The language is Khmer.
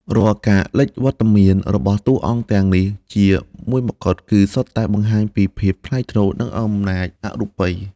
រាល់ការលេចវត្តមានរបស់តួអង្គទាំងនេះជាមួយម្កុដ គឺសុទ្ធតែបង្ហាញពីភាពថ្លៃថ្នូរ និងអំណាចអរូបី។